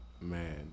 man